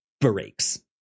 breaks